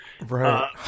right